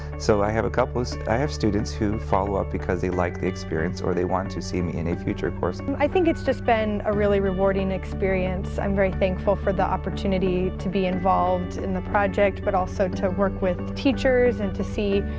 so i have a couple i have students who follow up because they like the experience or they want to see me in a future course. i think it's just been a really rewarding experience. i'm very thankful for the opportunity to be involved in the project, but also to work with teachers and to see,